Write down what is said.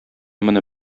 моны